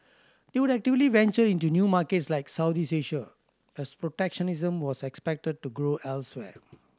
they would actively venture into new markets like South east Asia as protectionism was expected to grow elsewhere